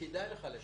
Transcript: וכדאי לך לשלם,